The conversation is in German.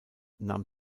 nahm